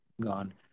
gone